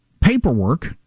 paperwork